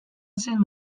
zen